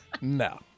No